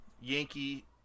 Yankee